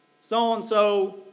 So-and-so